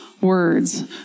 words